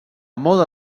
moda